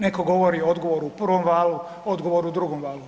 Netko govori odgovor u prvom valu, odgovor u drugom valu.